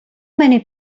many